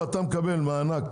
אתה מקבל מענק,